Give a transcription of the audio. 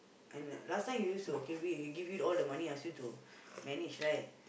and last time he used to okay wait he give you all the money ask you to manage right